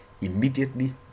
immediately